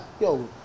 Yo